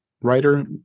writer